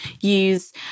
use